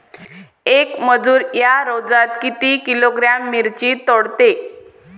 येक मजूर या रोजात किती किलोग्रॅम मिरची तोडते?